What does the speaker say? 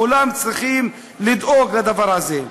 כולם צריכים לדאוג לדבר הזה.